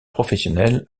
professionnelle